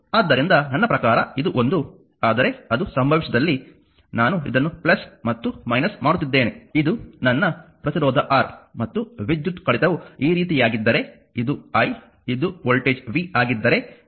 ಆದ್ದರಿಂದ ನನ್ನ ಪ್ರಕಾರ ಇದು ಒಂದು ಆದರೆ ಅದು ಸಂಭವಿಸಿದಲ್ಲಿ ನಾನು ಇದನ್ನು ಮತ್ತು ಮಾಡುತ್ತಿದ್ದೇನೆ ಇದು ನನ್ನ ಪ್ರತಿರೋಧ R ಮತ್ತು ವಿದ್ಯುತ್ ಕಡಿತವು ಈ ರೀತಿಯಾಗಿದ್ದರೆ ಇದು i ಇದು ವೋಲ್ಟೇಜ್ v ಆಗಿದ್ದರೆ v iR ಆಗಿರುತ್ತದೆ